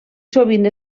sovint